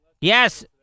Yes